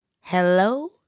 Hello